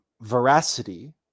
veracity